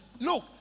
Look